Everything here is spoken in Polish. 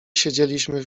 siedzieliśmy